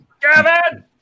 Gavin